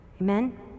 Amen